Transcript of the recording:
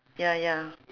ya ya